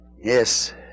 Yes